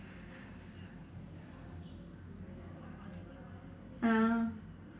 ah